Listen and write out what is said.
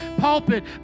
pulpit